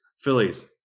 Phillies